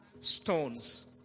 stones